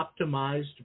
optimized